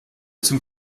zum